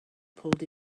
pulled